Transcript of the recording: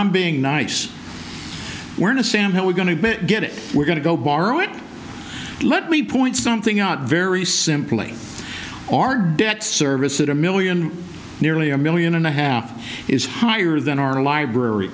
i'm being nice we're in a sample we're going to get it we're going to go borrow it let me point something out very simply our debt service that a million nearly a million and a half is higher than our library